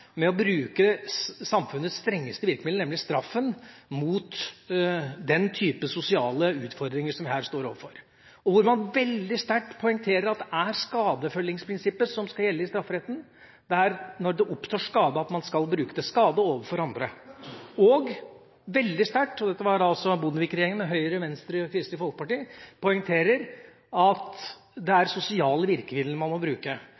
med å bruke samfunnets strengeste virkemiddel, nemlig straffen, mot den type sosiale utfordringer som vi her står overfor, og man poengterte veldig sterkt at det var skadefølgingsprinsippet som skulle gjelde i strafferetten. Det er når det oppstår skade at man skal bruke det – skade overfor andre. Det var altså Bondevik-regjeringa med Høyre, Venstre og Kristelig Folkeparti som veldig sterkt poengterte at det er sosiale virkemidler man må bruke.